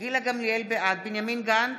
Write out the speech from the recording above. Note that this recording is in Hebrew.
בעד בנימין גנץ,